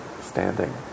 standing